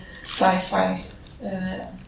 sci-fi